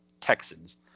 texans